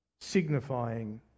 signifying